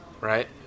Right